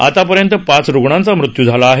आतापर्यंत पाच रूग्णांचा मृत्यू झाला आहेत